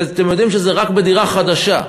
ואתם יודעים שזה רק בדירה חדשה.